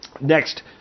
Next